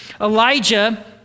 Elijah